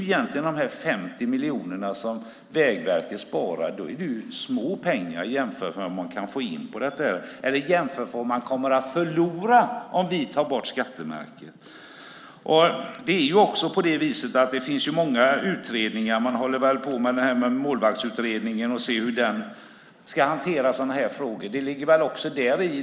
Egentligen är de 50 miljoner som Vägverket sparar små pengar i jämförelse med vad man kan få in på det här. Man kan jämföra med vad man kommer att förlora om vi tar bort skattemärket. Det finns många utredningar. Målvaktsutredningen håller på och ser över hur man ska hantera sådana här frågor.